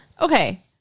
Okay